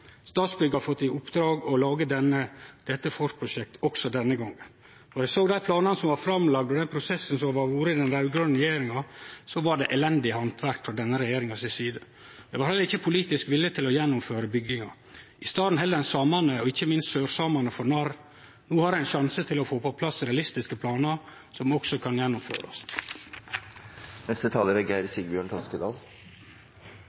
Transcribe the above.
har fått oppdraget med å lage eit forprosjekt også denne gongen. Då ein såg dei planane som var lagde fram, og den prosessen som hadde vore i den raud-grøne regjeringa, såg ein at det var elendig handverk frå den regjeringa si side. Det var heller ikkje politisk vilje til å gjennomføre bygginga. I staden held ein samane og ikkje minst sørsamane for narr. No har ein sjansen til å få på plass realistiske planar som også kan gjennomførast. Det er